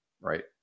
right